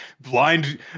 blind